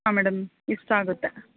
ಹಾಂ ಮೇಡಮ್ ಇಷ್ಟ ಆಗುತ್ತೆ